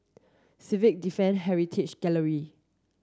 Civil Defence Heritage Gallery